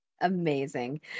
Amazing